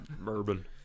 bourbon